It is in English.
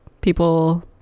people